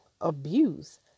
abuse